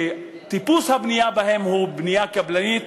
שטיפוס הבנייה בהן הוא בנייה קבלנית,